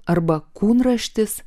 arba kūnraštis